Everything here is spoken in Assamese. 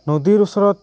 নদীৰ ওচৰত